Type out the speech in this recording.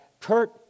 Kurt